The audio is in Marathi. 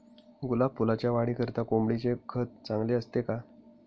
गुलाब फुलाच्या वाढीकरिता कोंबडीचे खत चांगले असते का?